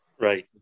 Right